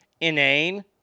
Inane